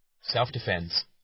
Self-defense